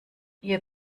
ihr